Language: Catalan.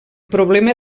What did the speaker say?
problema